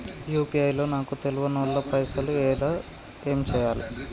UPI లో నాకు తెల్వనోళ్లు పైసల్ ఎస్తే ఏం చేయాలి?